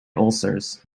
ulcers